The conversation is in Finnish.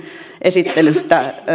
esittelystä